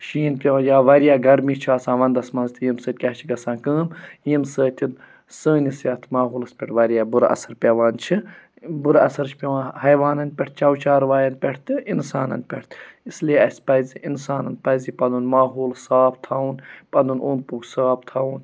شیٖن پیٚوان یا واریاہ گرمی چھِ آسان وَنٛدَس منٛز تہِ ییٚمہِ سۭتۍ کیٛاہ چھِ گژھان کٲم ییٚمہِ سۭتۍ سٲنِس یَتھ ماحولَس پٮ۪ٹھ واریاہ بُرٕ اَثر پیٚوان چھُ بُرٕ اَثر چھُ پیٚوان حیٚوانَن پٮ۪ٹھ چَو چاروایَن پٮ۪ٹھ تہٕ اِنسانَن پٮ۪ٹھ اِسلیے اسہِ پَزِ اِنسانَن پَزِ پَنُن ماحول صاف تھاوُن پَنُن اوٚنٛد پوٚک صاف تھاوُن